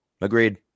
agreed